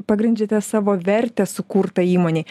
pagrindžiate savo vertę sukurtą įmonei